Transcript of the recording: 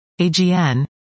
AGN